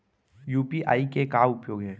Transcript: UPI के का उपयोग हे?